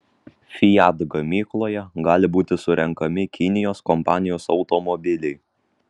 fiat gamykloje gali būti surenkami kinijos kompanijos automobiliai